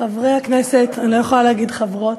חברי הכנסת, אני לא יכולה להגיד "חברות",